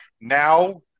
now